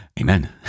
amen